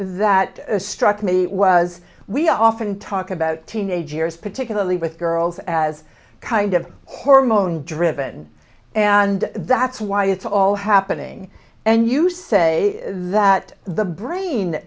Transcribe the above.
that struck me was we often talk about teenage years particularly with girls as kind of hormone driven and that's why it's all happening and you say that the brain